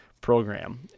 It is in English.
program